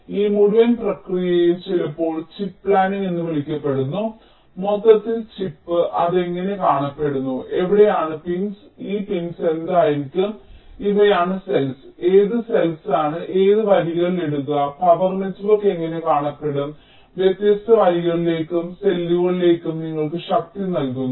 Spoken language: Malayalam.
അതിനാൽ ഈ മുഴുവൻ പ്രക്രിയയും ചിലപ്പോൾ ചിപ്പ് പ്ലാനിംഗ് എന്ന് വിളിക്കപ്പെടുന്നു മൊത്തത്തിൽ ചിപ്പ് അത് എങ്ങനെ കാണപ്പെടുന്നു എവിടെയാണ് പിൻസ് ഈ പിൻസ് എന്തായിരിക്കും ഇവയാണ് സെൽസ് ഏത് സെല്ൽസാണ് ഏത് വരികളിൽ ഇടുക പവർ നെറ്റ്വർക്ക് എങ്ങനെ കാണപ്പെടും വ്യത്യസ്ത വരികളിലേക്കും സെല്ലുകളിലേക്കും നിങ്ങൾക്ക് ശക്തി നൽകുന്നു